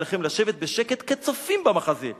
עליכם לשבת בשקט כצופים במחזה,